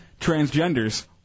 transgenders